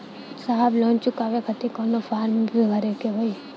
साहब लोन चुकावे खातिर कवनो फार्म भी भरे के होइ?